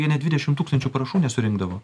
jie net dvidešim tūkstančių parašų nesurinkdavo